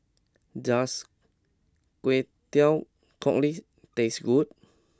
does Kway Teow Cockles taste good